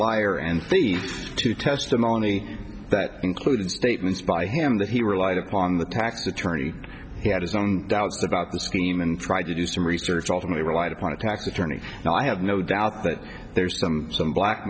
and to testimony that included statements by him that he relied upon the tax attorney he had his own doubts about the scheme and tried to do some research ultimately relied upon a tax attorney and i have no doubt that there's some some black